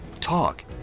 Talk